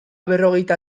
berrogeita